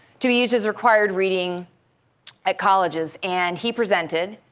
to use as required reading at colleges. and he presented.